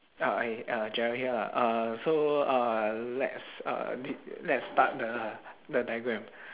ah !hey! uh gerald here ah uh so uh let's uh let's start the the diagram